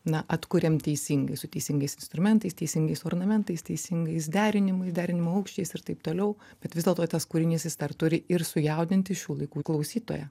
na atkuriam teisingai su teisingais instrumentais teisingais ornamentais teisingais derinimui derinimo aukščiais ir taip toliau bet vis dėlto tas kūrinys jis dar turi ir sujaudinti šių laikų klausytoją